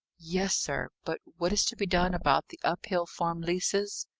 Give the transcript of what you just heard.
yes, sir. but what is to be done about the uphill farm leases?